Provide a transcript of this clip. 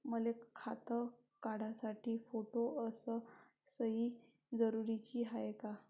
मले खातं काढासाठी फोटो अस सयी जरुरीची हाय का?